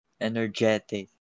Energetic